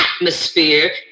atmosphere